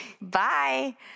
Bye